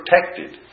protected